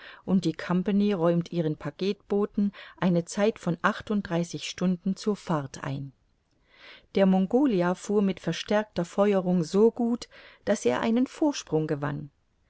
und die compagnie räumt ihren packetbooten eine zeit von achtunddreißig stunden zur fahrt ein der mongolia fuhr mit verstärkter feuerung so gut daß er einen vorsprung gewann